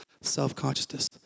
Self-consciousness